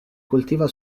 coltiva